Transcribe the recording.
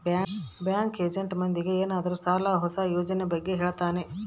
bank agent ಮಂದಿಗೆ ಏನಾದ್ರೂ ಸಾಲ ಹೊಸ ಯೋಜನೆ ಬಗ್ಗೆ ಹೇಳ್ತಾನೆ